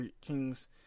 King's